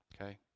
Okay